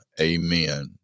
amen